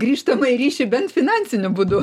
grįžtamąjį ryšį bent finansiniu būdu